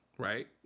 Right